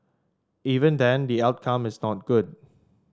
even then the outcome is not good